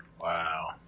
Wow